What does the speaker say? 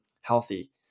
healthy